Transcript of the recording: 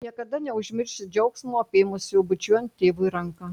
niekada neužmiršiu džiaugsmo apėmusio bučiuojant tėvui ranką